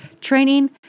training